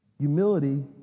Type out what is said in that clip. Humility